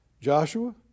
Joshua